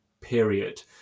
period